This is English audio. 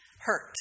hurt